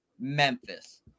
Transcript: Memphis